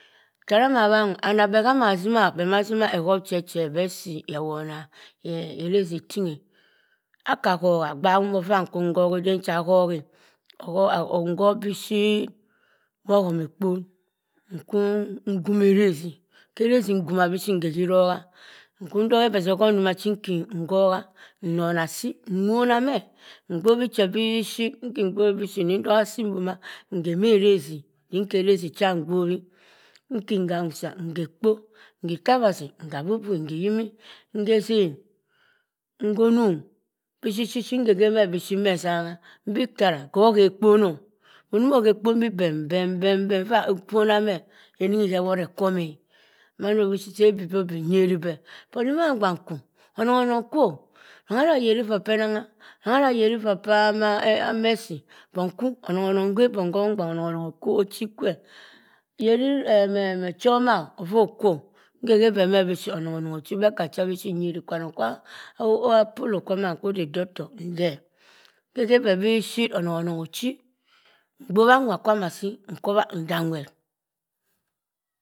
Kahro amah wangho anah beh hama zima beh mah zima ehut cheche beh si ewonah eraziting akah howa baung ovah nkah hoha ngoh bi shi humu ekpon nku gumu erezi hker azi nguma bi shi nhe hi wba nku zoha obah ehurt mah nki howu nnonan si nuonah meh nsowi che bi shi nki bonwnche bi shi naki zoha si duma nheg kah razi nkeh razi kwam nbowi nki gam sa nhe pkpo nhe itawazi nhe sbubuchi ngi ihimi ngeh zain onhu nung bi shi shi nhe meh esangha nbi kahn kuh hey kpon noh moh omoh hay kpon bi bem bem bem bem ovah nfonah meh oni ewort ekwomeh mahu do seh bi bio bi nyeri beh obi zino gban gban khu onong onongheu okwo rongha zah yeri vuh phee nangha rongha yeri vah pha mercy bong kwo onongho okwu ochi kwe yeri chioma ovoh kwo onhe hey beh bi shi onongho onongho ochi beh kah cha bi shi kwa apouo kwaman odey doctor ngeu nce he beh bi shi onong onong ochi nbowa nwa kwam asi nkowa nza weht.